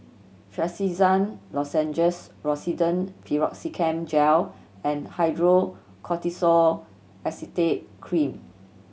Trachisan Lozenges Rosiden Piroxicam Gel and Hydrocortisone Acetate Cream